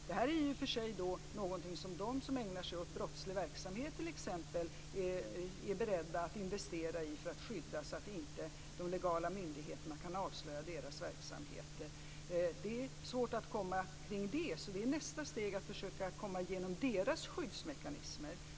Det här är i och för sig någonting som de som ägnar sig åt t.ex. brottslig verksamhet är beredda att investera i för att skydda det så att de legala myndigheterna inte kan avslöja deras verksamhet. Det är svårt att komma ifrån det. Så det är nästa steg att försöka komma igenom deras skyddsmekanismer.